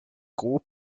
grob